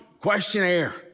questionnaire